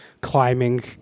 climbing